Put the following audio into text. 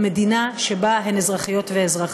במדינה שבה הן אזרחיות ואזרחים.